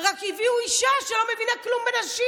רק שהביאו אישה שלא מבינה כלום בנשים,